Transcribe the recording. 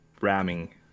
ramming